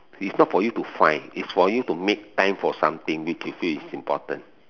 is not for you to find is for you to make time for something which you feel is important